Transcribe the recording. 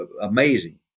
amazing